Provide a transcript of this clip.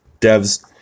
devs